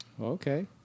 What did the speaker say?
okay